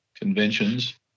conventions